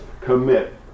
commit